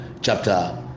chapter